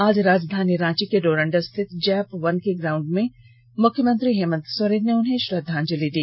आज राजधानी रांची के डोरण्डा स्थित जैप वन के ग्राउंड में मुख्यमंत्री हेमंत सोरेन ने उन्हें श्रद्वांजलि दी